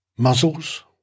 Muzzles